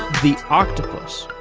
the octopus,